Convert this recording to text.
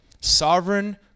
Sovereign